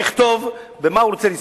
שיכתוב במה הוא רוצה לנסוע.